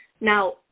Now